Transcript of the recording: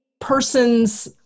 person's